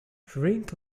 drink